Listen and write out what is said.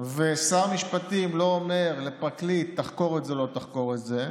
שר משפטים לא אומר לפרקליט: תחקור את זה או לא תחקור את זה.